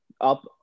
up